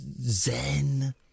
zen